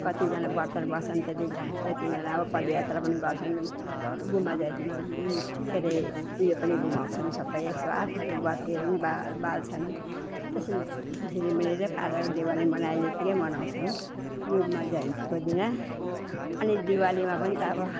कतिजना व्रत बस्छन् त्यतिजना त्यतिजना अब पदयात्रा पनि गर्छन् गुम्बा जयन्तीमा के रे यो पनि घुमाउँछन् सबै एक सय आठहरू बत्तीहरू नि बा बाल्छन् त्यसरी झिलिमिली नै पारेर दिवाली मनाएजत्तिकै मनाउँछन् गुम्बा जयन्तीको दिन अनि दिवालीमा पनि त अब